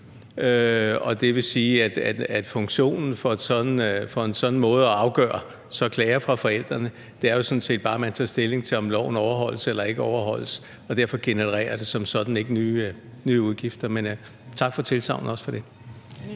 Det vil sige, at funktionen for en sådan måde at afgøre klager fra forældrene på jo sådan set bare er, at man tager stilling til, om loven overholdes eller ikke overholdes, og derfor genererer det som sådan ikke nye udgifter. Men også tak for tilsagnet om det.